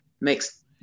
makes